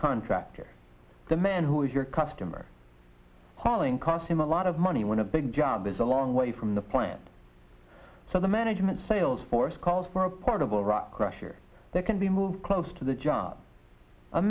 contractor the man who is your customer calling cost him a lot of money when a big job is a long way from the plant so the management sales force calls for a part of all right pressure that can be moved close to the job a